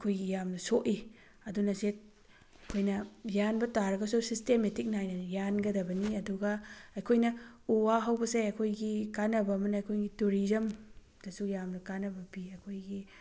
ꯑꯩꯈꯣꯏꯒꯤ ꯌꯥꯝꯅ ꯁꯣꯛꯏ ꯑꯗꯨꯅ ꯁꯤ ꯑꯩꯈꯣꯏꯅ ꯌꯥꯟꯕ ꯇꯥꯔꯒꯁꯨ ꯁꯤꯁꯇꯦꯃꯦꯇꯤꯛ ꯅꯥꯏꯅ ꯌꯥꯟꯒꯗꯕꯅꯤ ꯑꯗꯨꯒ ꯑꯩꯈꯣꯏꯅ ꯎ ꯋꯥ ꯍꯧꯕꯁꯦ ꯑꯩꯈꯣꯏꯒꯤ ꯀꯥꯅꯕ ꯑꯃꯅ ꯑꯩꯈꯣꯏꯒꯤ ꯇꯧꯔꯤꯖꯝ ꯗꯁꯨ ꯌꯥꯝꯅ ꯀꯥꯅꯕ ꯄꯤ ꯑꯩꯈꯣꯏꯒꯤ